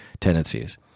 tendencies